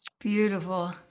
Beautiful